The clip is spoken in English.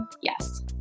yes